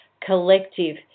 collective